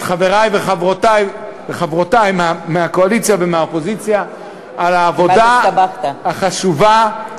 את חברי וחברותי מהקואליציה ומהאופוזיציה על העבודה החשובה,